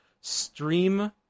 stream